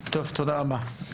טוב, תודה רבה.